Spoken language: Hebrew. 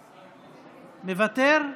מוותר?